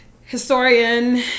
historian